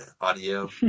audio